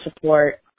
support